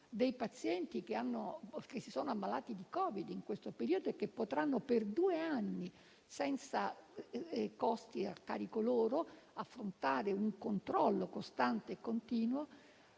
dei pazienti che si sono ammalati di Covid in questo periodo e che potranno sottoporsi, per due anni e senza costi a loro carico, ad un controllo costante e continuo.